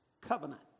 covenant